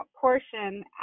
portion